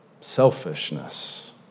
Selfishness